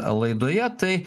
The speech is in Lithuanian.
laidoje tai